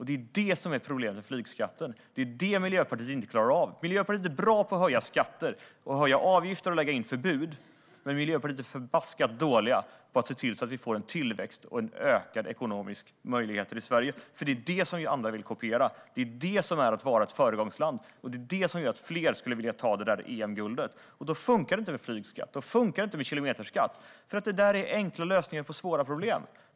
Det är det som är problemet med flygskatten. Det är det Miljöpartiet inte klarar av. Miljöpartiet är bra på att höja skatter, höja avgifter och lägga in förbud, men Miljöpartiet är förbaskat dåligt på att se till att vi får en tillväxt och ökade ekonomiska möjligheter i Sverige. Det är det som andra vill kopiera. Det är det som är att vara ett föregångsland, och det är det som gör att fler skulle vilja ta det där EM-guldet. Då funkar det inte med flygskatt och kilometerskatt, för det är enkla lösningar på svåra problem.